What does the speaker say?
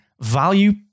value